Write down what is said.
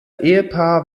ehepaar